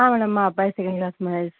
madam మా అబ్బాయి second class Mahesh